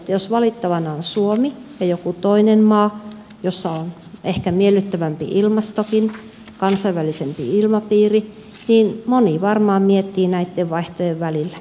jos valittavana on suomi ja joku toinen maa jossa on ehkä miellyttävämpi ilmastokin kansainvälisempi ilmapiiri niin moni varmaan miettii näitten vaihtoehtojen välillä